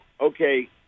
okay